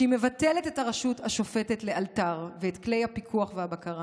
שהיא מבטלת את הרשות השופטת לאלתר ואת כלי הפיקוח והבקרה.